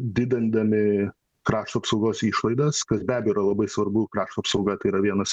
didindami krašto apsaugos išlaidas kas be abejo yra labai svarbu krašto apsauga tai yra vienas